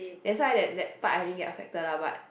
that's why that that part I didn't get affected lah but